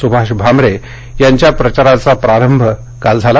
सुभाष भामरे यांच्या प्रचाराचा प्रारंभ काल झाला